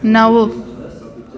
नव